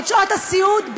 שעות הסיעוד,